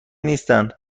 نیستند